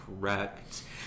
correct